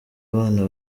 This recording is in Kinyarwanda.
abana